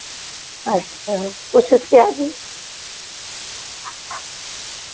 अच्छा वह सच क्या थी